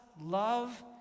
love